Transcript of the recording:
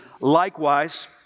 likewise